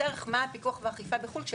ערך מהו הפיקוח והאכיפה בחו"ל כתנאי לתת הקלה,